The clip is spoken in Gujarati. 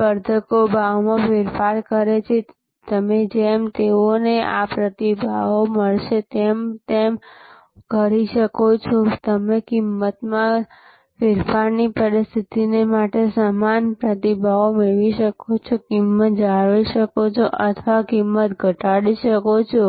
સ્પર્ધકો ભાવમાં ફેરફાર કરે છે તમે જેમ તેઓને આ પ્રતિભાવો મળશે તેમ તમે કરી શકો છો તમે કિંમતમાં ફેરફારની પરિસ્થિતિ માટે સમાન પ્રતિભાવો મેળવી શકો છો કિંમત જાળવી શકો છો અથવા કિંમત ઘટાડી શકો છો